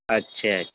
اچھا اچھا